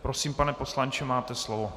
Prosím, pane poslanče, máte slovo.